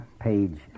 page